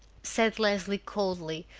said leslie coldly,